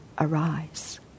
arise